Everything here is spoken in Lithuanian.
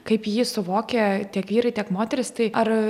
kaip jį suvokia tiek vyrai tiek moterys tai ar